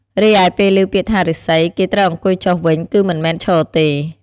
រីឯពេលឮ ពាក្យថា "ឬស្សី" គេត្រូវអង្គុយចុះវិញ គឺមិនមែនឈរទេ។